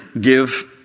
give